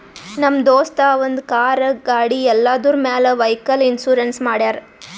ನಮ್ ದೋಸ್ತ ಅವಂದ್ ಕಾರ್, ಗಾಡಿ ಎಲ್ಲದುರ್ ಮ್ಯಾಲ್ ವೈಕಲ್ ಇನ್ಸೂರೆನ್ಸ್ ಮಾಡ್ಯಾರ್